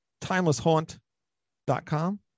timelesshaunt.com